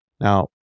Now